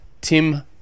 tim